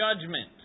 judgment